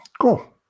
Cool